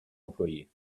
employé